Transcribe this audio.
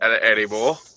anymore